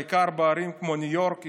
בעיקר בערים כמו ניו יורק,